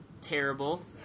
terrible